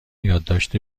یادداشت